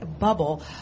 bubble